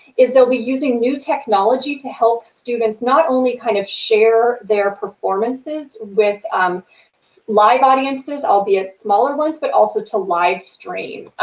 is they'll be using new technology to help students not only kind of share their performances with um live audiences, albeit smaller ones, but also to live stream